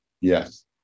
Yes